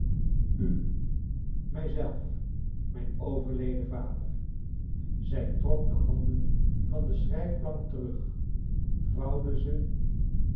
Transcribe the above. u mij zelf mijn overleden vac r zij trok de handen van de schrijfplank terug vouwde ze